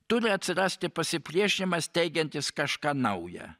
turi atsirasti pasipriešinimas teigiantis kažką nauja